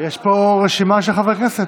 יש פה רשימה של חברי כנסת.